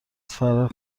فرار